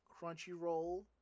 Crunchyroll